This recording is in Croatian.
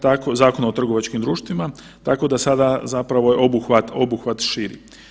Tako, Zakona o trgovačkim društvima, tako da sada zapravo je obuhvat širi.